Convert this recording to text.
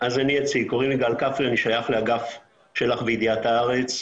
אני שייך לאגף של"ח וידיעת הארץ,